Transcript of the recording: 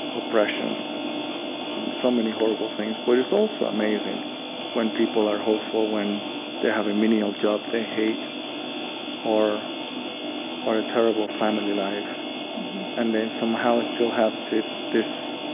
oppression and so many horrible things. but it's also amazing when people are hopeful when they have a menial job they hate or or a terrible family life and then somehow still have this this